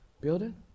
building